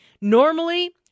Normally